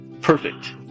perfect